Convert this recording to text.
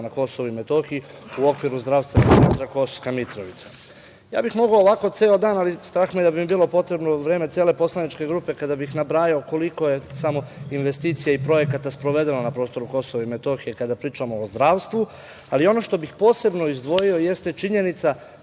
na KiM u okviru Zdravstvenog centra Kosovska Mitrovica. Mogao bi ovako ceo dan, ali strah me je da bi mi bilo potrebno vreme cele poslaničke grupe kada bih nabrajao koliko je samo investicija i projekta sprovedeno na prostoru KiM kada pričamo o zdravstvu, ali ono što bih posebno izdvojio jeste činjenica